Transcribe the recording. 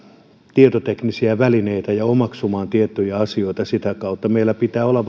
tietoteknisiä välineitä ja omaksumaan tiettyjä asioita sitä kautta meillä pitää olla